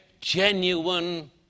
genuine